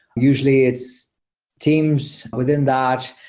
usually it's teams within that.